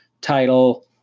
title